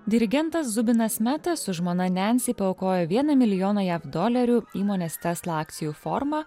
dirigentas zubinas meta su žmona nensi paaukojo vieną milijoną jav dolerių įmonės tesla akcijų forma